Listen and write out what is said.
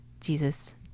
Jesus